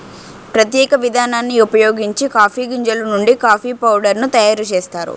ప్రత్యేక విధానాన్ని ఉపయోగించి కాఫీ గింజలు నుండి కాఫీ పౌడర్ ను తయారు చేస్తారు